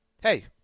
hey